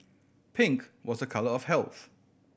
pink was a colour of health